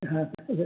ହଁ